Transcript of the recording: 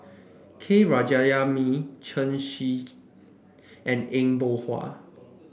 K Jayamani Chen Shiji and Eng Boh